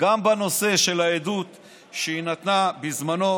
גם בנושא של העדות שהיא נתנה בזמנו